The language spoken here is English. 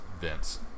vince